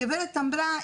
הגברת אמרה,